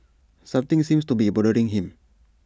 something seems to be bothering him